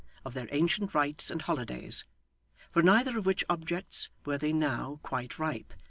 of their ancient rights and holidays for neither of which objects were they now quite ripe,